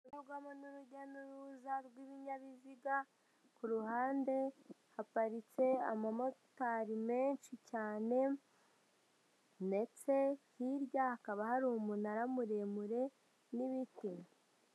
Rikorerwamo n'urujya n'uruza rw'ibinyabiziga, ku ruhande haparitse amamotari menshi cyane ndetse hirya hakaba hari umunara muremure n'ibiti.